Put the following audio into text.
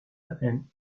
and